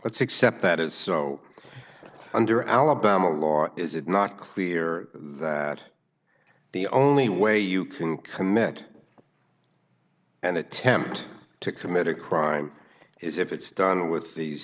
let's accept that is so under alabama law is it not clear that the only way you can commit and attempt to commit a crime is if it's done with these